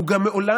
הוא גם מעולם,